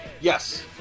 Yes